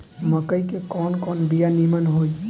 मकई के कवन कवन बिया नीमन होई?